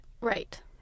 Right